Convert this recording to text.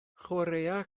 chwaraea